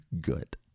good